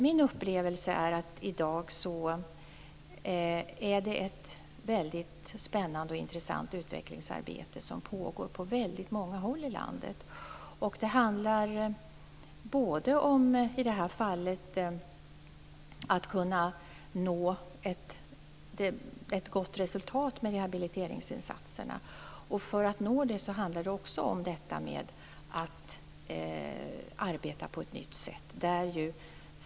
Min upplevelse är att ett väldigt spännande och intressant utvecklingsarbete i dag pågår på väldigt många håll i landet. Det handlar om att kunna nå ett gott resultat med rehabiliteringsinsatserna. För att nå det handlar det om att arbeta på ett nytt sätt.